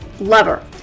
lover